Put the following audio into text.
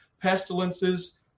pestilences